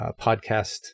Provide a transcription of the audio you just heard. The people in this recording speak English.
podcast